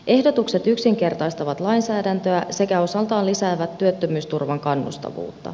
ehdotukset yksinkertaistavat lainsäädäntöä sekä osaltaan lisäävät työttömyysturvan kannustavuutta